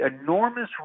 enormous